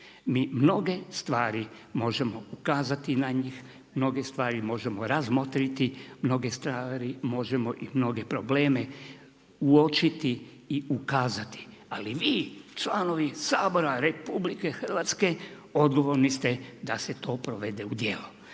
Mi mnoge stvari možemo ukazati na njih, mnoge stvari možemo razmotriti, mnoge stvari možemo i mnoge probleme uočiti i ukazati. Ali vi članovi, Sabora, RH, odgovorni ste da se to provede u djelo.